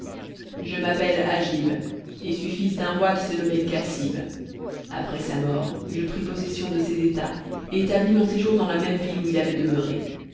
je m'appelle agib et suis fils d'un roi qui se nommait cassib après sa mort je pris possession de ses états et établis mon séjour dans la même ville où il avait demeuré